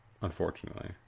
unfortunately